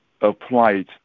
applied